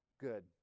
good